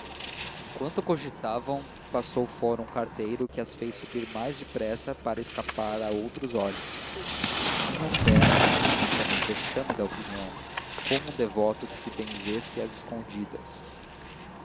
enquanto cogitavam passou fora um carteiro que as fez subir mais depressa para escapar a outros olhos tinham fé mas tinham também vexame da opinião como um devoto que se benzesse às escondidas